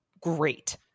great